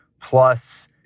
plus